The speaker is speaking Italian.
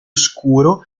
scuro